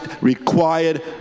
required